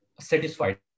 satisfied